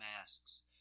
masks